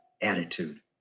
attitude